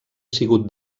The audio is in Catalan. sigut